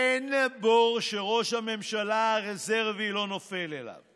אין בור שראש הממשלה הרזרבי לא נופל אליו,